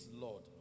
Lord